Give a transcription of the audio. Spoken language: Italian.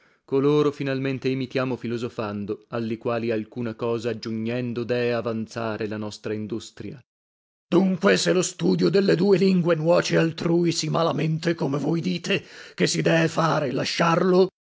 coloro finalmente imitiamo filosofando alli quali alcuna cosa aggiugnendo dee avanzare la nostra industria lasc dunque se lo studio delle due lingue nuoce altrui sì malamente come voi dite che si dee fare lasciarlo